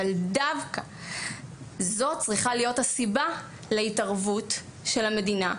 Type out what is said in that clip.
דווקא זאת צריכה להיותה הסיבה להתערבות של המדינה,